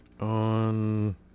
On